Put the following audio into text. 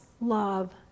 love